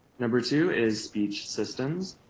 number two is speech systems.